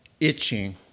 itching